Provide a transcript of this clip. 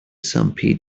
some